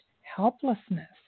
helplessness